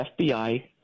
FBI –